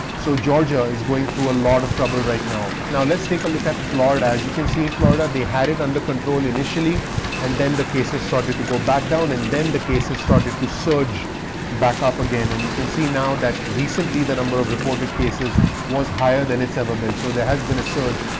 so georgia is going through a lot of trouble right now. now, let's take a look at florida. as you can see in florida, they had it under control initially and then the cases started to go back down and then the case has started to surge back up again. and you can see now that recently the number of reported cases was higher than it's ever been. so there has been a surge.